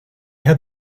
had